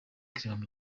clement